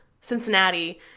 Cincinnati